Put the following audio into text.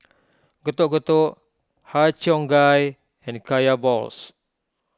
Getuk Getuk Har Cheong Gai and Kaya Balls